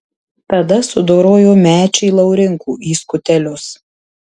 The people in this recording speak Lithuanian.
tada sudorojo mečį laurinkų į skutelius